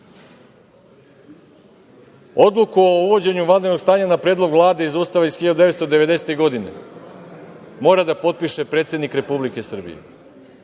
Odluka o uvođenju vanrednog stanja na predlog Vlade iz Ustava 1990. godine, mora da potpiše predsednik Republike Srbije.